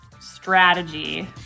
strategy